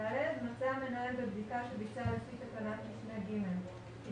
(ד) מצא המנהל בבדיקה שביצע לפי תקנת משנה (ג) כי